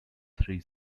three